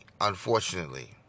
Unfortunately